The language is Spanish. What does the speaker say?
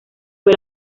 fue